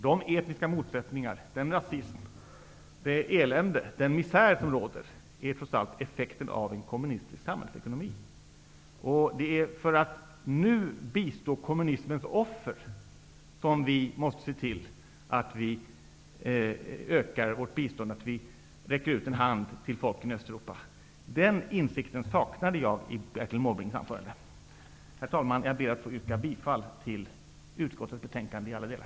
De etniska motsättningar, den rasism, det elände och den misär som råder är effekten av en kommunistisk samhällsekonomi. Det är för att nu bistå kommunismens offer som vi måste se till att vi ökar vårt bistånd och att vi räcker ut en hand till folken i Östeuropa. Den insikten saknade jag i Herr talman! Jag ber att få yrka bifall till hemställan i utskottets betänkande i alla delar.